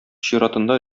чиратында